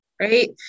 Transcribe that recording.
right